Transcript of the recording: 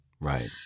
right